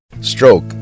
Stroke